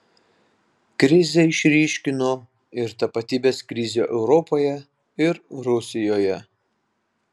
krizė išryškino ir tapatybės krizę europoje ir rusijoje